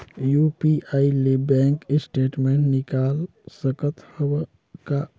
UPI ले bank statement निकाल सकत हवं का?